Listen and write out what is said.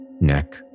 neck